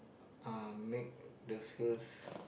uh I'll make the sales